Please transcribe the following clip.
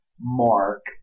mark